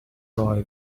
boy